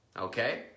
okay